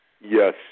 Yes